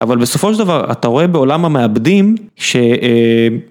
אבל בסופו של דבר אתה רואה בעולם המעבדים